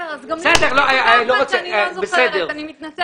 אני מתנצלת אבל אני לא זוכרת.